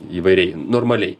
įvairiai normaliai